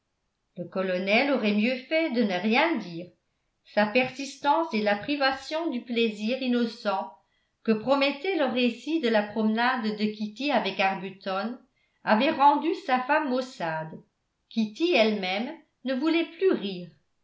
le colonel aurait mieux fait de ne rien dire sa persistance et la privation du plaisir innocent que promettait le récit de la promenade de kitty avec arbuton avait rendu sa femme maussade kitty elle-même ne voulait plus rire